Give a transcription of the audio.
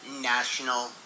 national